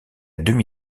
demi